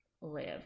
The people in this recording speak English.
live